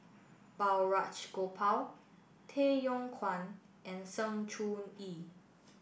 Balraj Gopal Tay Yong Kwang and Sng Choon Yee